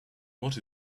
what